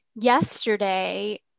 yesterday